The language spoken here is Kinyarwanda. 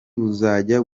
buzajya